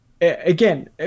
again